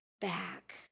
back